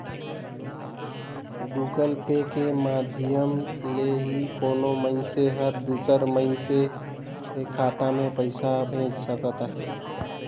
Google Pay के माधियम ले ही कोनो मइनसे हर दूसर मइनसे के खाता में पइसा भेज सकत हें